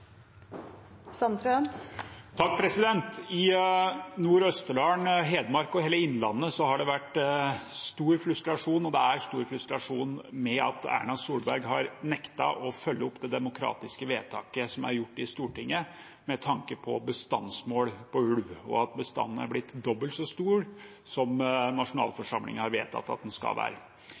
I Nord-Østerdalen, Hedmark og hele Innlandet har det vært stor frustrasjon – og er stor frustrasjon – over at Erna Solberg har nektet å følge opp det demokratiske vedtaket som er gjort i Stortinget med tanke på bestandsmål på ulv, og at bestanden er blitt dobbelt så stor som nasjonalforsamlingen har vedtatt at den skal være.